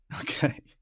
Okay